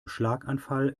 schlaganfall